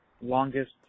longest